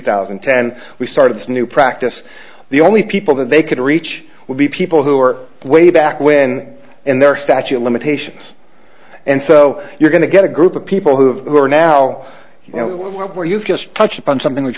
thousand and ten we started this new practice the only people that they could reach would be people who are way back when and their statute of limitations and so you're going to get a group of people who've who are now where you've just touched on something which